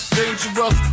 Dangerous